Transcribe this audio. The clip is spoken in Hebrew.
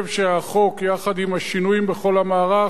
הם שינויים יותר מחשובים,